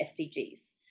SDGs